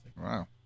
Wow